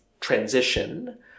transition